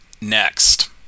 Next